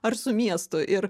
ar su miesto ir